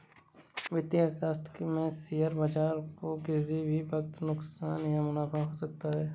वित्तीय अर्थशास्त्र में शेयर बाजार को किसी भी वक्त नुकसान व मुनाफ़ा हो सकता है